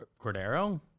Cordero